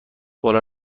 بالا